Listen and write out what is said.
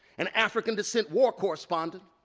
an african descent war correspondent,